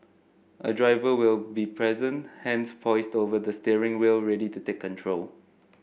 a driver will be present hands poised over the steering wheel ready to take control